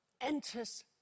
enters